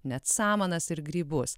net samanas ir grybus